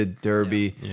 derby